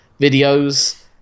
videos